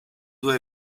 due